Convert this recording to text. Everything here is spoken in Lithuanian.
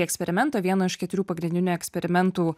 eksperimento vieno iš keturių pagrindinių eksperimentų